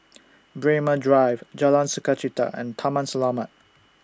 Braemar Drive Jalan Sukachita and Taman Selamat